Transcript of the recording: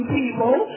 people